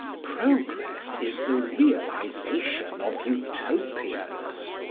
progress is the realisation of utopias.